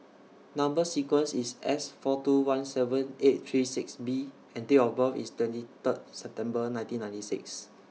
Number sequence IS S four two one seven eight three six B and Date of birth IS twenty thrid September nineteen ninety six